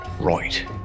Right